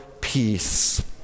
peace